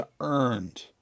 earned